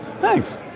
Thanks